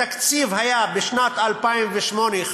התקציב בשנת 2008 היה